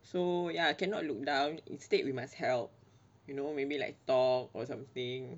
so ya cannot look down instead we must help you know maybe like talk or something